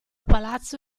palazzo